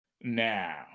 Now